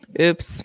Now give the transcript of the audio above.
Oops